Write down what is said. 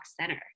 center